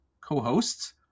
co-hosts